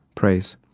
praise.